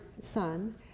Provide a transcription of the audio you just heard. son